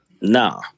nah